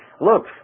look